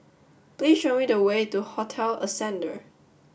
please show me the way to Hotel Ascendere